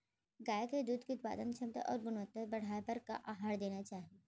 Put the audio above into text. गाय के दूध के उत्पादन क्षमता अऊ गुणवत्ता बढ़ाये बर का आहार देना चाही?